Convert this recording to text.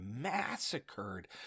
massacred